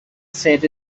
set